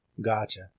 Gotcha